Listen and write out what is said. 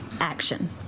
action